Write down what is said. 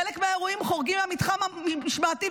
חלק מהאירועים חורגים מהתחום המשמעתי,